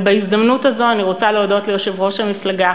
ובהזדמנות הזו אני רוצה להודות ליושב-ראש המפלגה,